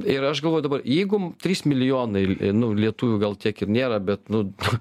ir aš galvoju dabar jeigu trys milijonai nu lietuvių gal tiek ir nėra bet nu